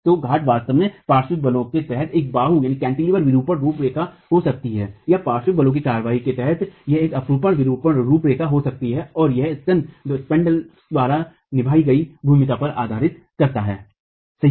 तो घाट वास्तव में पार्श्व बलों के तहत एक बाहू विरूपण रूपरेखा हो सकती है या पार्श्व बलों की कार्रवाई के तहत एक अपरूपण विरूपण रुपरेखा हो सकती है और यह स्कन्ध द्वारा निभाई गई भूमिका पर निर्भर करता हैसही है